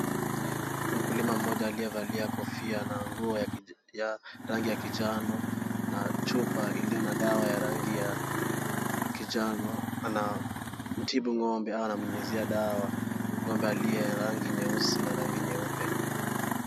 Mkulima mmoja aliyevalia kofia na nguo ya rangi ya kijano na chupa iliyo dawa ya rangi ya kijani anamjibu ng'ombe au anamnyunyizia dawa ng'ombe aliye na rangi nyeusi na nyeupe.